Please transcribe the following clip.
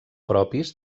propis